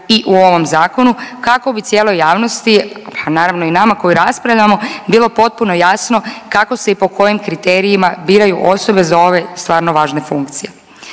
i u ovom zakonu kako bi cijeloj javnosti, pa naravno i nama koji raspravljamo bilo potpuno jasno kako se i po kojim kriterijima biraju osobe za ovaj stvarno važne funkcije.